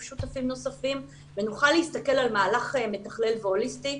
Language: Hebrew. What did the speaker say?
שותפים נוספים ונוכל להסתכל על מהלך מתכלל והוליסטי,